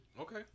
Okay